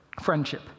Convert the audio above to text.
Friendship